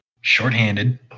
Shorthanded